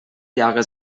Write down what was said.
jahre